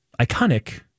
Iconic